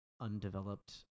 undeveloped